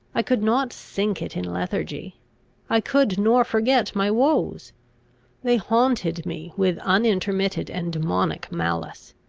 i could not sink it in lethargy i could nor forget my woes they haunted me with unintermitted and demoniac malice.